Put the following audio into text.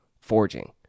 forging